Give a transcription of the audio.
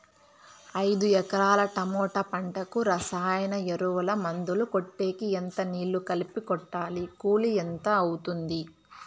ఐదు ఎకరాల టమోటా పంటకు రసాయన ఎరువుల, మందులు కొట్టేకి ఎంత నీళ్లు కలిపి కొట్టాలి? కూలీ ఎంత అవుతుంది?